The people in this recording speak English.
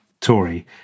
Tory